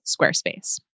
Squarespace